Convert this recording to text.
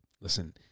listen